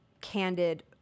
candid